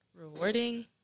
rewarding